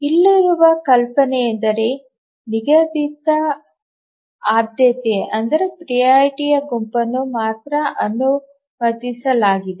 ಇಲ್ಲಿರುವ ಕಲ್ಪನೆಯೆಂದರೆ ನಿಗದಿತ ಆದ್ಯತೆಯ ಗುಂಪನ್ನು ಮಾತ್ರ ಅನುಮತಿಸಲಾಗಿದೆ